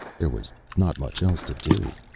there was not much else to do.